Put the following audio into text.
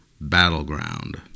battleground